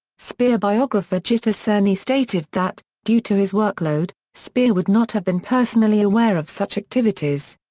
speer biographer gitta sereny stated that, due to his workload, speer would not have been personally aware of such activities.